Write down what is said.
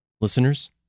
Listeners